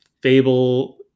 fable